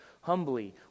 humbly